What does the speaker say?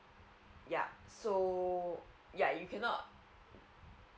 ya so ya you cannot